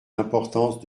l’importance